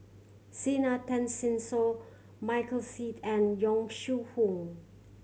Zena Tessensohn Michael Seet and Yong Shu Hoong